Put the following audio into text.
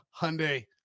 Hyundai